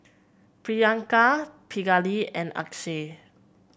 Priyanka Pingali and Akshay